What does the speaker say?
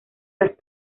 las